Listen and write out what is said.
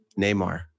Neymar